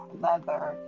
leather